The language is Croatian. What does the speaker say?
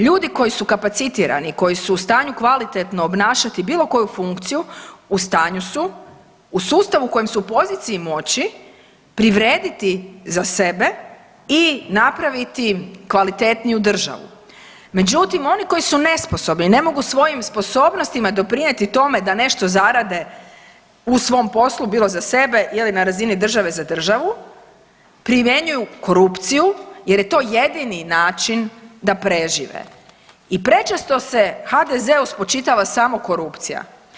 Ljudi koji su kapacitirani, koji su u stanju kvalitetno obnašati bilo koju funkciju, u stanju su u sustavu u kojem su u poziciji moći privrediti za sebe i napraviti kvalitetniju državu, međutim oni koji su nesposobni, ne mogu svojim sposobnosti doprinijeti tome da nešto zarade u svom poslu, bilo za sebe ili na razini države za državu, primjenjuju korupciju jer je to jedini način da prežive i prečesto se HDZ-u spočitava samo korupcija.